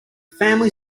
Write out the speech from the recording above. family